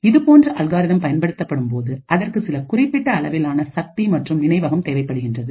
இதுபோன்ற அல்காரிதம் பயன்படுத்தும் போது அதற்கு சில குறிப்பிட்ட அளவிலான சக்தி மற்றும் நினைவகம் தேவைப்படுகின்றது